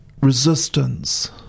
resistance